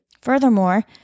Furthermore